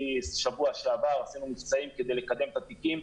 משבוע שעבר עשינו מבצעים כדי לקדם את התיקים.